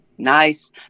nice